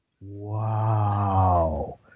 wow